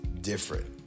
different